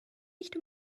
nicht